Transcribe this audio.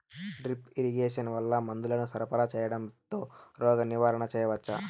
Drip irrigation వల్ల మందులను సరఫరా సేయడం తో రోగ నివారణ చేయవచ్చా?